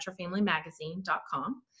MetroFamilyMagazine.com